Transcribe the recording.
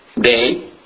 day